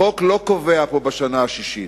החוק לא קובע פה "בשנה השישית",